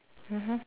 mmhmm